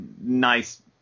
nice